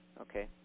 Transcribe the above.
Okay